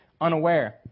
unaware